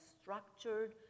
structured